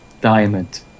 diamond